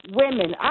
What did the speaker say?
women